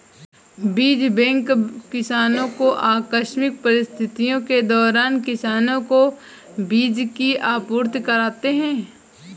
बीज बैंक किसानो को आकस्मिक परिस्थितियों के दौरान किसानो को बीज की आपूर्ति कराते है